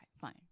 fine